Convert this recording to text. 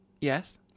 yes